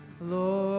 Lord